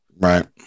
Right